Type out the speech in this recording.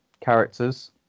characters